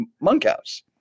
Monkhouse